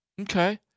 okay